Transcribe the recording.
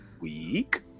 week